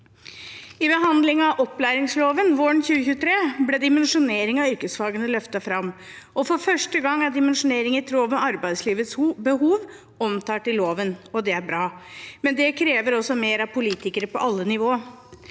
I behandlingen av opplæringsloven våren 2023 ble dimensjonering av yrkesfagene løftet fram, og for første gang er dimensjonering i tråd med arbeidslivets behov omtalt i loven. Det er bra, men det krever også mer av politikere på alle nivå.